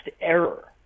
error